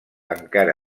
encara